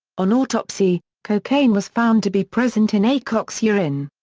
on autopsy, cocaine was found to be present in aycock's urine.